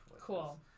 Cool